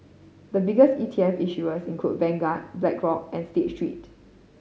the biggest E T F issuers include Vanguard Blackrock and State Street